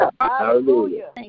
Hallelujah